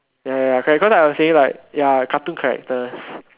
ya ya ya correct cause I was saying like ya cartoon characters